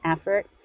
effort